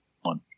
one